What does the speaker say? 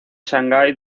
shanghai